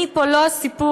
"אני פה לא הסיפור",